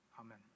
Amen